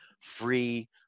free